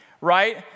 right